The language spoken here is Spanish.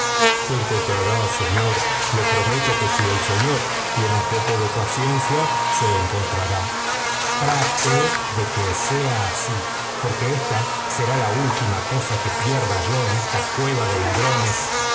se encontrará señor le prometo que si el señor tiene un poco de paciencia se encontrará trate de que sea así porque ésta será la última cosa que pierda yo en esta cueva de ladrones